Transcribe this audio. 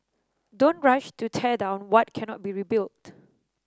don't rush to tear down what cannot be rebuilt